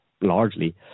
largely